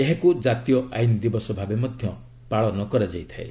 ଏହାକୁ ଜାତୀୟ ଆଇନ୍ ଦିବସ ଭାବେ ମଧ୍ୟ ପାଳନ କରାଯାଇଥାଏ